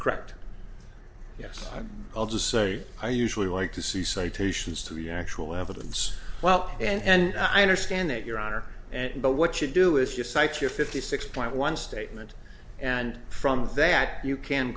correct yes i'll just say i usually like to see citations to the actual evidence well and i understand it your honor and but what you do is just cite your fifty six point one statement and from that you can